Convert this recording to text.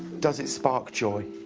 does it spark joy?